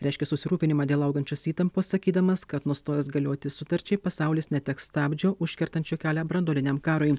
reiškė susirūpinimą dėl augančios įtampos sakydamas kad nustojus galioti sutarčiai pasaulis neteks stabdžio užkertančio kelią branduoliniam karui